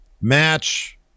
match